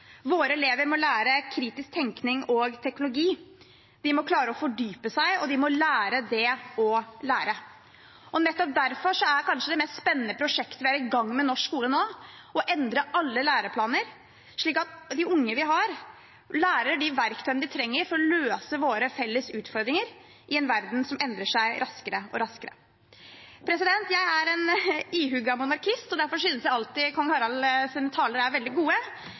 Våre elever må lære kritisk tenkning og teknologi. De må klare å fordype seg, og de må lære det å lære. Nettopp derfor er kanskje det mest spennende prosjektet vi er i gang med i norsk skole nå, å endre alle læreplaner, slik at de unge vi har, lærer de verktøyene de trenger for å løse våre felles utfordringer i en verden som endrer seg raskere og raskere. Jeg er en ihuga monarkist, og derfor synes jeg alltid kong Haralds taler er veldig gode.